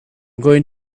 going